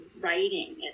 writing